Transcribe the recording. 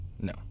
No